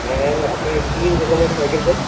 হ্যাঁ হ্যাঁ হ্যাঁ আপনাকে কি রকমের সাইকেল চাই